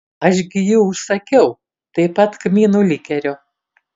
aš gi jų užsakiau taip pat kmynų likerio